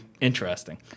interesting